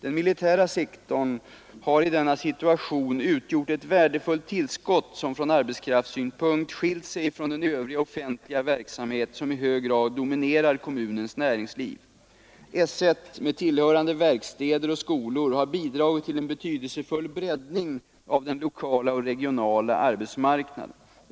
Den militära sektorn har i denna situation utgjort ett värdefullt tillskott som från arbetskraftssynpunkt skilt sig från den övriga offentliga verksamhet som i hög grad dominerar kommunens näringsliv. S 1, med tillhörande verkstäder och skolor, har bidragit till en betydelsefull breddning av den lokala och regionala arbetsmarknaden.